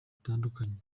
bitandukanye